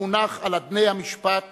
המונח על אדני המשפט